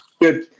good